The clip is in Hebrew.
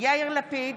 יאיר לפיד,